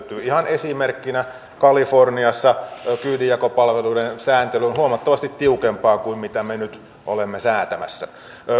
ihan esimerkkinä kaliforniassa kyydinjakopalveluiden sääntely on huomattavasti tiukempaa kuin mitä me nyt olemme säätämässä